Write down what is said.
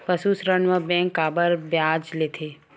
पशु ऋण म बैंक काबर ब्याज लेथे?